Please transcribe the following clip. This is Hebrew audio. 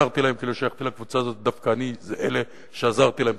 אני דווקא מאלה שעזרו להם,